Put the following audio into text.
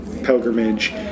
pilgrimage